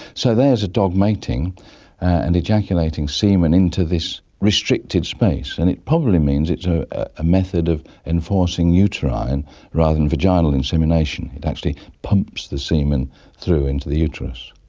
so there's a dog mating and ejaculating semen into this restricted space and it probably means it's ah a method of enforcing uterine rather than vaginal insemination, it actually pumps the semen through into the uterus.